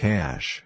Cash